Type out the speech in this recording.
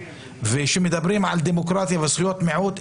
כשמדברים על דמוקרטיה וזכויות מיעוט,